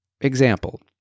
Example